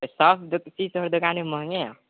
तऽ सब चीज तोहर दोकानमे महॅंगे हौ